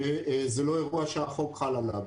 שזה לא אירוע שהחוק חל עליו.